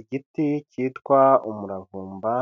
Igiti cyitwa umuravumba